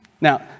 now